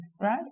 right